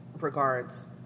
regards